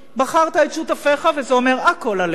בחרת את שותפיך, וזה אומר הכול עליך.